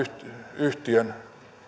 yhtiön